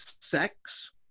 sex